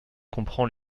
comprend